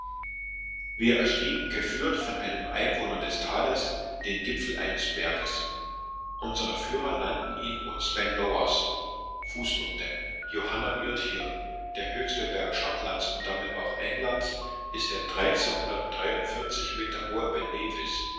wir erstiegen geführt von einem einwohner des tales den gipfel eines berges unsere führer nannten ihn uns ben lawers fußnote johanna irrt hier der höchste berg schottlands und damit auch englands ist der meter hohe ben